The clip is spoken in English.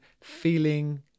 feeling